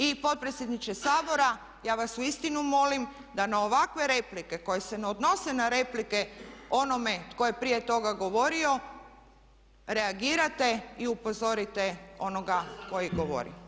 I potpredsjedniče Sabora ja vas uistinu molim da na ovakve replike koje se ne odnose na replike onome tko je prije toga govorio reagirate i upozorite onoga koji govori.